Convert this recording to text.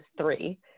three